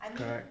correct